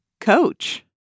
coach